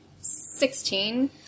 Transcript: Sixteen